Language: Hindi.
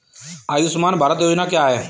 आयुष्मान भारत योजना क्या है?